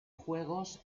juegos